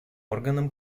органом